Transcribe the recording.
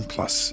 Plus